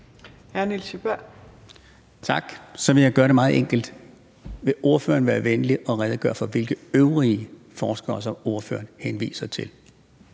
Tak. Så vil jeg gøre det meget enkelt: Vil ordføreren være venlig at redegøre for, hvilke øvrige forskere ordføreren henviser til?